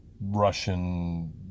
Russian